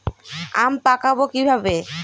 আম পাকাবো কিভাবে?